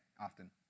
often